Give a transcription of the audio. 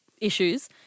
issues